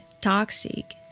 toxic